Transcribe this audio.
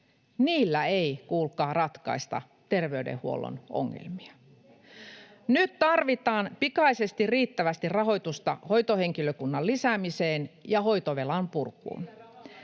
ongelmia. [Maria Guzenina: Seitsemän päivän hoitotakuu!] Nyt tarvitaan pikaisesti riittävästi rahoitusta hoitohenkilökunnan lisäämiseen ja hoitovelan purkuun.